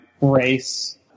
race